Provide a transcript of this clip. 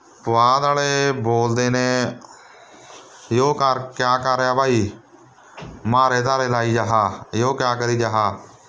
ਪੁਆਧ ਵਾਲੇ ਬੋਲਦੇ ਨੇ ਯੋ ਕਰ ਕਿਆ ਕਰ ਰਿਹਾ ਭਾਈ ਮਾਰੇ ਧਾਰੇ ਲਾਈ ਜਾਹਾ ਯੋ ਕਿਆ ਕਰੀ ਜਾਹਾ